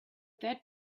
that